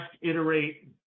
iterate